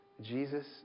Jesus